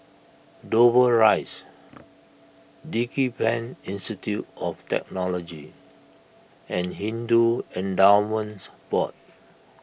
Dover Rise DigiPen Institute of Technology and Hindu Endowments Board